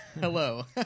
Hello